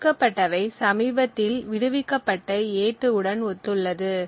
ஒதுக்கப்பட்டவை சமீபத்தில் விடுவிக்கப்பட்ட a2 உடன் ஒத்துள்ளது